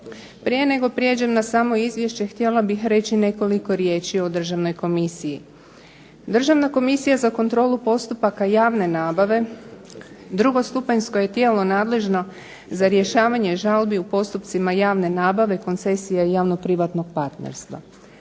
Prije nego prijeđem na samo izvješće htjela bih reći nekoliko riječi o državnoj komisiji. Državna komisija za kontrolu postupaka javne nabave, drugostupanjsko je tijelo nadležno za rješavanje žalbi u postupcima javne nabave, koncesija i javnoprivatnog partnerstva.